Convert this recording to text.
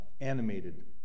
animated